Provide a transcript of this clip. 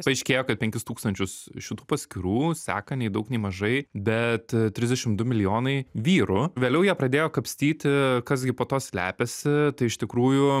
paaiškėjo kad penkis tūkstančius šitų paskyrų seka nei daug nei mažai bet trisdešimt du milijonai vyrų vėliau jie pradėjo kapstyti kas gi po tuo slepiasi tai iš tikrųjų